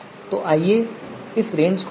तो आइए रेंज को देखें